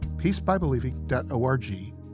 peacebybelieving.org